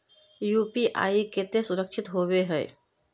UPI केते सुरक्षित होबे है?